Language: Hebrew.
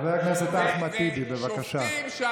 חבר הכנסת אחמד טיבי, בבקשה.